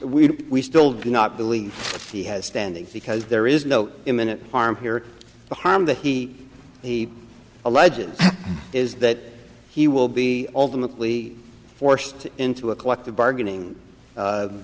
we still do not believe he has standing because there is no imminent harm here the harm that he he alleges is that he will be ultimately forced into a collective bargaining